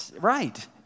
Right